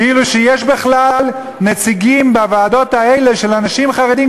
כאילו יש בכלל נציגים בוועדות האלה של אנשים חרדים,